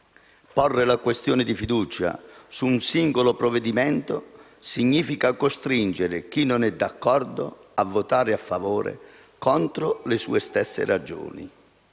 Porre la questione di fiducia su un singolo provvedimento significa costringere chi non è d'accordo a votare a favore, contro le sue stesse ragioni.